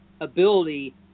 ability